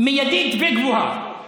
מיידית וגבוהה.